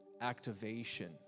activation